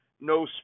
no